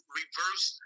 reverse